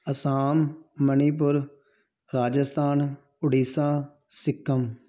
Assam Manipur Rajasthan Orissa Sikkim